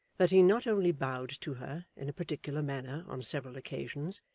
that he not only bowed to her, in a particular manner, on several occasions,